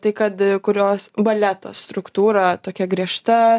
tai kad kurios baleto struktūra tokia griežta